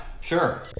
sure